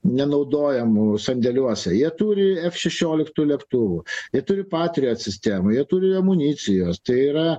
nenaudojamų sandėliuose jie turi f šešioliktų lėktuvų jie turi patriot sistemų jie turi amunicijos tai yra